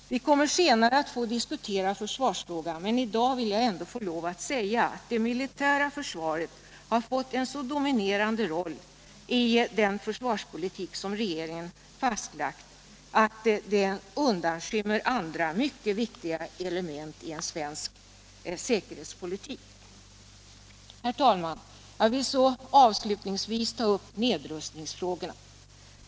Vi kommer senare att få diskutera försvarsfrågan, men i dag vill jag ändå få lov att säga att det militära försvaret fått en så dominerande roll i den försvarspolitik som regeringen fastlagt att det undanskymmer andra mycket viktiga element i en svensk säkerhetspolitik. Herr talman! Jag vill avslutningsvis ta upp nedrustningsfrågorna.